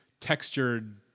textured